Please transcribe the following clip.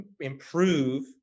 improve